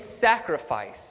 sacrifice